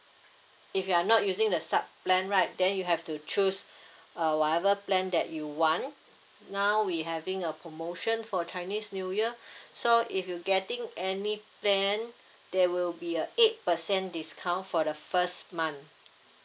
if you are not using the sub plan right then you have to choose uh whatever plan that you want now we having a promotion for chinese new year so if you getting any plan there will be a eight percent discount for the first month